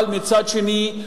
אבל מצד שני,